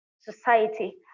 society